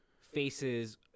faces